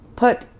Put